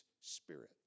spirit